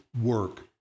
work